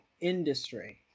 industry